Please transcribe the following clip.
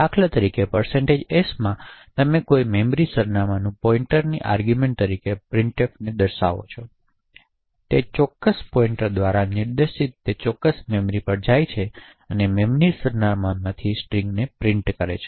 દાખલા તરીકે s માં તમે કોઈ મેમરી સરનામું પોઈંટરની આર્ગૂમેંટ તરીકે પ્રિન્ટફને દર્શાવો છો તે ચોક્કસ પોઈંટર દ્વારા નિર્દેશિત તે ચોક્કસ મેમરી પર જાય છે અને તે મેમરી સરનામાંથી સ્ટ્રિંગને પ્રિન્ટ કરશે